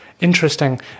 Interesting